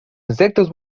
insectos